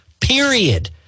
period